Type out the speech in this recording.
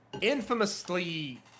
infamously